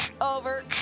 Over